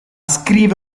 scrive